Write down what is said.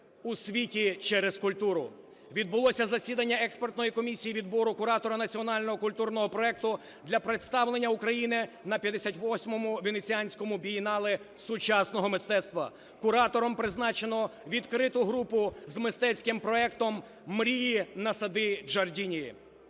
у світі через культуру. Відбулося засідання експертної комісії відбору куратора Національного культурного проекту для представлення України на 58-му Венеціанському бієнале сучасного мистецтва. Куратором призначено відкриту групу з мистецьким проектом "… "Мрії" на сади Джардіні".